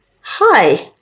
Hi